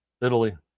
Italy